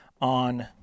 on